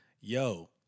yo